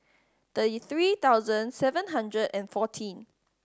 thirty three thousand seven hundred and fourteen